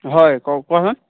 হয় কওক কোৱাচোন